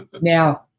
Now